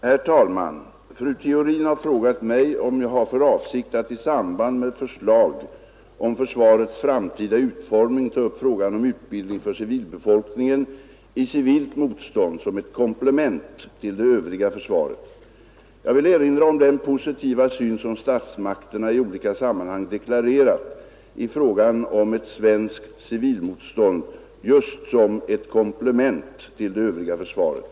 Herr talman! Fru Theorin har frågat mig om jag har för avsikt att i samband med förslag om försvarets framtida utformning ta upp frågan om utbildning för civilbefolkningen i civilt motstånd som ett komplement till det övriga försvaret. Jag vill erinra om den positiva syn som statsmakterna i olika sammanhang deklarerat i fråga om ett svenskt civilmotstånd just som ett komplement till det övriga försvaret.